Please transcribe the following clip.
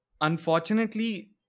unfortunately